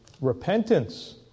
repentance